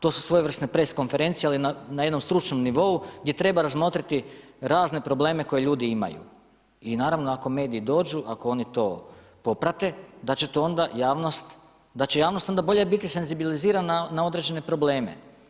To su svojevrsne press konferencije, ali na jednom stručnom nivou gdje treba razmotriti razne probleme koje ljudi imaju i naravno ako mediji dođu, ako oni to poprate da će to onda javnost da će javnost onda bolje biti senzibilizirana na određene probleme.